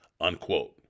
unquote